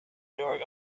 dark